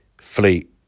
Fleet